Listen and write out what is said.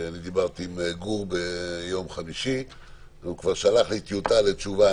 דיברתי עם גור ביום חמישי והוא כבר שלח לי טיוטה לתשובה.